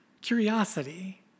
Curiosity